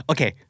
Okay